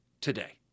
today